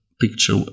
picture